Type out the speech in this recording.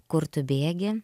kur tu bėgi